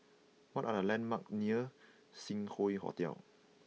what are the landmark near Sing Hoe Hotel